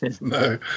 no